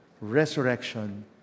Resurrection